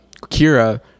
Kira